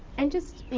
and just.